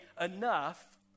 enough